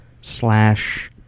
slash